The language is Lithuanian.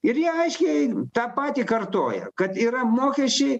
ir ji aiškiai tą patį kartoja kad yra mokesčiai